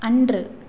அன்று